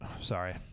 sorry